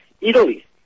Italy